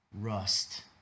rust